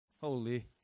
Holy